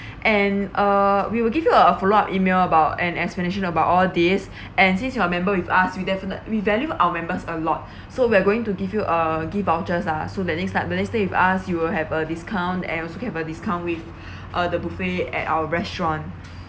and uh we will give you a follow up email about an explanation about all this and since you are a member with us we definitely value our members a lot so we're going to give you a gift vouchers lah so the next time the next stay with us you will have a discount and also can have a discount with uh the buffet at our restaurant